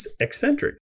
eccentric